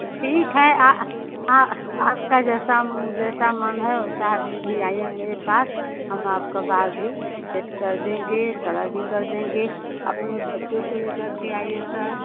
तो ठीक है आपका जैसा जैसा मन है वैसा भी आइए मेरे पास हम आपका बाल भी सेट कर देंगे कलर भी कर देंगे अपने बच्चों को लेकर के आइए सर